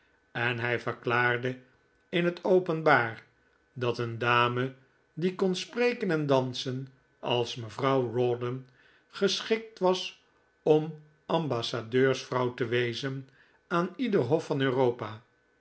en hij verklaarde in het openbaar dat een dame die kon spreken en dansen als mevrouw rawdon geschikt was om ambassadeursvrouw te wezen aan ieder hof van europa